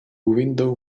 window